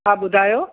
हा ॿुधायो